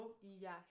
Yes